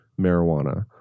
marijuana